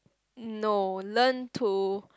no learn to